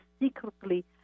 secretly